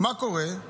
מה קורה?